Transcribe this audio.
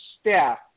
staff